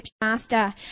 master